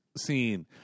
scene